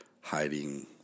hiding